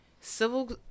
civil